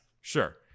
sure